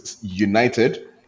United